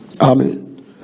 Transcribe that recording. amen